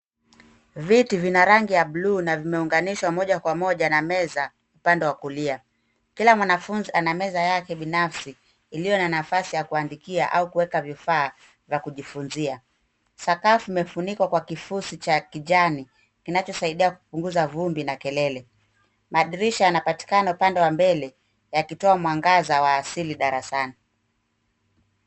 Viti vina rangi ya bluu na vimeunganishwa moja kwa moja na meza upande wa kulia. Kila mwanafunzi ana meza yake binafsi iliyo na nafasi ya kuandikia au kuweka vifaa vya kujifunzia. Sakafu imefunikwa kwa kifusi cha kijani kinachosaidia kupunguza vumbi na kelele. Madirisha yanapatikana upande wa mbele yakitoa mwangaza wa asili darasani.